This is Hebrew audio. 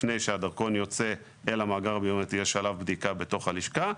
אבל לפני שהדרכון יוצא אל המאגר הביומטרי יש שלב בדיקה בתוך הלשכה,